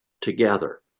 together